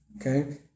Okay